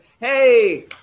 hey